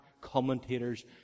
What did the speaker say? commentators